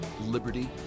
liberty